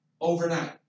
overnight